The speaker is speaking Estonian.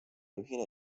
ühine